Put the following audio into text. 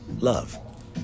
love